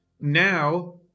Now